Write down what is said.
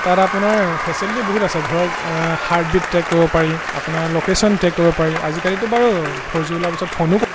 তাত আপোনাৰ ফেচিলিটি বহুত আছে ধৰক হাৰ্টবিট ট্ৰেক কৰিব পাৰি আপোনাৰ ল'কেশ্যন ট্ৰেক কৰিব পাৰি আজিকালিতো বাৰু ফ'ৰ জি ওলোৱাৰ পিছত ফোনো